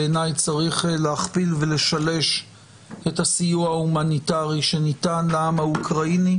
בעיניי צריך להכפיל ולשלש את הסיוע ההומניטרי שניתן לעם האוקראיני.